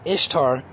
Ishtar